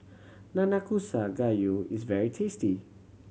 Nanakusa Gayu is very tasty